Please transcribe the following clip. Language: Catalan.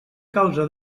causa